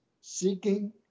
seeking